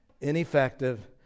ineffective